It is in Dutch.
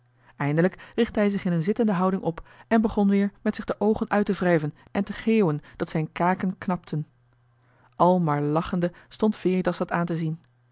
eindelijk richtte hij zich in een zittende houding op en begon weer met zich de oogen uit te wrijven en te geeuwen dat zijn kaken knapten al maar lachtende stond veritas dat aan te zien